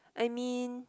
I mean